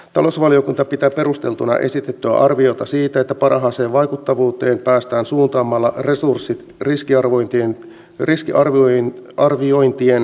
talousvaliokunta pitää perusteltuna esitettyä arviota siitä että parhaaseen vaikuttavuuteen päästään suuntaamalla resurssit riskiarviointien riskiarvojen arviointi on